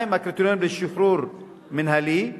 1. מה הם הקריטריונים לשחרור מינהלי?